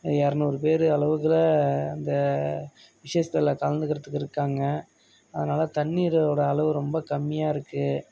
இருநூறு பேரு அளவுகளில் அந்த விஷேஷ்த்தில் கலந்துக்கறத்துக்கு இருக்காங்கள் அதனால் தண்ணீரோடய அளவு ரொம்ப கம்மியாக இருக்குது